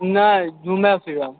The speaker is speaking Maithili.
नहि